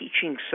teaching